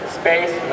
space